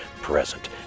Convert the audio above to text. present